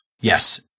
Yes